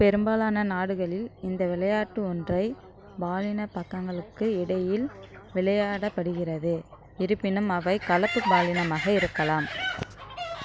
பெரும்பாலான நாடுகளில் இந்த விளையாட்டு ஒற்றை பாலின பக்கங்களுக்கு இடையில் விளையாடப்படுகிறது இருப்பினும் அவை கலப்பு பாலினமாக இருக்கலாம்